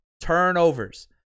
Turnovers